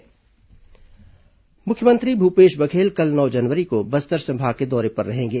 मुख्यमंत्री प्रवास मुख्यमंत्री भूपेश बघेल कल नौ जनवरी को बस्तर संभाग के दौरे पर रहेंगे